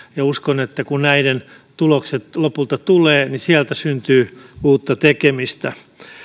ja uskon että kun näiden tulokset lopulta tulevat niin sieltä syntyy uutta tekemistä